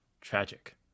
tragic